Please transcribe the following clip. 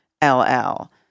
LL